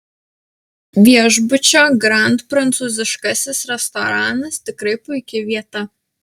viešbučio grand prancūziškasis restoranas tikrai puiki vieta